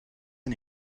and